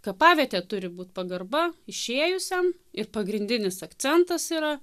kapavietė turi būti pagarba išėjusiam ir pagrindinis akcentas yra